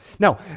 Now